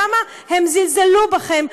כמה הם זלזלו בכם,